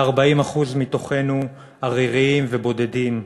ו-40% מתוכנו עריריים ובודדים?